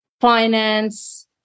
finance